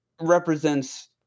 represents